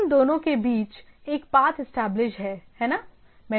इन दोनों के बीच एक पाथ इस्टैबलिश्ड है है ना